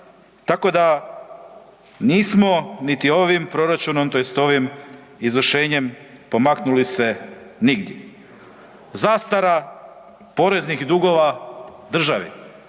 tako da nismo niti ovim proračunom tj. ovim izvršenjem pomaknuli se nigdje. Zastara poreznih dugova državi.